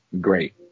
great